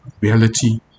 reality